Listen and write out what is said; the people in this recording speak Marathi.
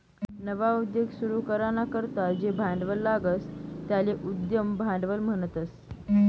नवा उद्योग सुरू कराना करता जे भांडवल लागस त्याले उद्यम भांडवल म्हणतस